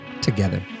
together